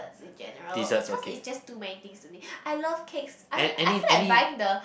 it's a general cause it's just too many things to me I love cakes I I feel like buying the